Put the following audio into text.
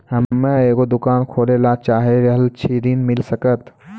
हम्मे एगो दुकान खोले ला चाही रहल छी ऋण मिल सकत?